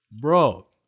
bro